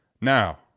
Now